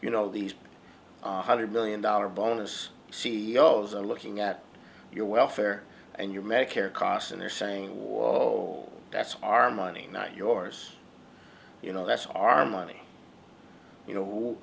you know these hundred million dollar bonus c e o s are looking at your welfare and your medicare costs and they're saying wall that's our money not yours you know that's our money you know